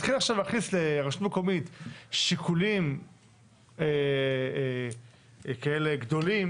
להתחיל עכשיו להכניס לרשות מקומית שיקולים כאלה גדולים,